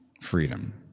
freedom